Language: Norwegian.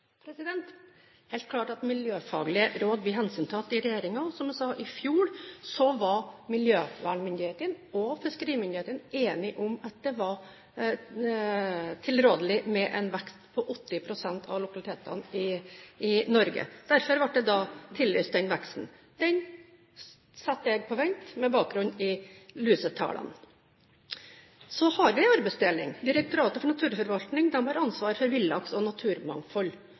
helt klart at miljøfaglige råd blir hensyntatt i regjeringen. Som jeg sa: I fjor var miljøvernmyndighetene og fiskerimyndighetene enige om at det var tilrådelig med en vekst i 80 pst. av lokalitetene i Norge. Derfor ble den veksten tillyst. Den satte jeg på vent med bakgrunn i lusetallene. Så har vi en arbeidsdeling. Direktoratet for naturforvaltning har ansvar for villaks og naturmangfold.